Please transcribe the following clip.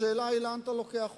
השאלה היא לאן אתה לוקח אותנו.